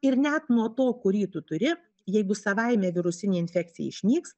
ir net nuo to kurį tu turi jeigu savaime virusinė infekcija išnyks